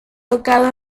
tocado